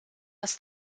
das